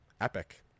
epic